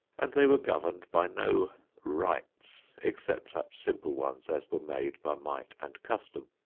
and they were governed by no rights, except such simple ones as were made by might and custom.